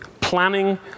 planning